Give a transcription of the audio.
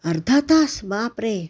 अर्धा तास बापरे